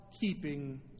keeping